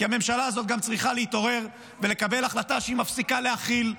כי הממשלה הזאת גם צריכה להתעורר ולקבל החלטה שהיא מפסיקה להכיל,